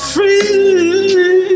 Free